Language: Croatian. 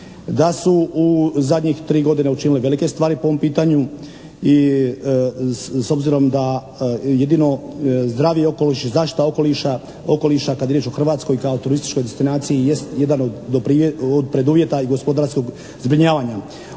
da su u zadnjih tri godine učinile velike stvari po ovom pitanju i s obzirom da jedino zdravi okoliš i zaštita okoliša, kada je riječ o Hrvatskoj kao turističkoj destinaciji, jest jedan od preduvjeta i gospodarskog zbrinjavanja.